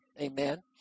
Amen